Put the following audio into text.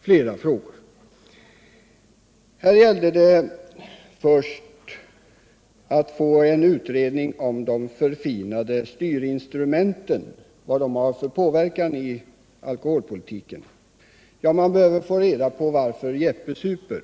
flera frågor. Här togs först upp frågan om en utredning för att klargöra vilken påverkan de förfinade styrinstrumenten har haft inom alkoholpolitiken. Givetvis bör man få reda på varför Jeppe super.